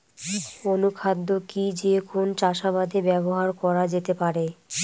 অনুখাদ্য কি যে কোন চাষাবাদে ব্যবহার করা যেতে পারে?